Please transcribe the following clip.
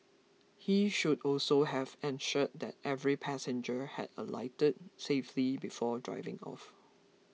he should also have ensured that every passenger had alighted safely before driving off